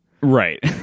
right